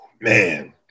Man